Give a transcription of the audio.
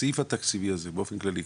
הסעיף התקציבי הזה באופן כללי,